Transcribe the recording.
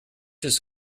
his